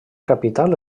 capital